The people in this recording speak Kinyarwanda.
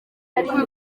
kubika